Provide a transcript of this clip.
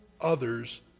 others